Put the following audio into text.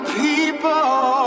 people